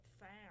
found